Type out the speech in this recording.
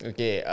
Okay